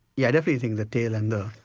yeah definitely think the tail and the.